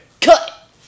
Cut